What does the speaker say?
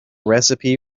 recipe